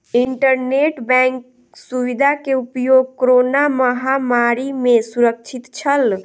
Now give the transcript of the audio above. internet bank सुविधा के उपयोग कोरोना महामारी में सुरक्षित छल